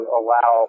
allow